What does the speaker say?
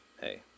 hey